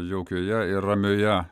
jaukioje ir ramioje